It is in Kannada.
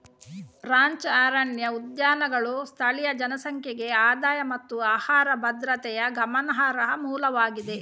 ರಾಂಚ್ ಅರಣ್ಯ ಉದ್ಯಾನಗಳು ಸ್ಥಳೀಯ ಜನಸಂಖ್ಯೆಗೆ ಆದಾಯ ಮತ್ತು ಆಹಾರ ಭದ್ರತೆಯ ಗಮನಾರ್ಹ ಮೂಲವಾಗಿದೆ